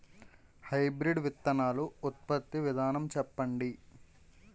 Hybrid విత్తనాలు ఉత్పత్తి విధానం చెప్పండి?